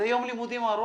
זה יום לימודים ארוך.